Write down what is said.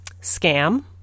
Scam